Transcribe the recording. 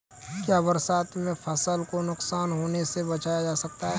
क्या बरसात में फसल को नुकसान होने से बचाया जा सकता है?